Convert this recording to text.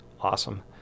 awesome